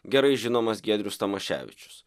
gerai žinomas giedrius tamaševičius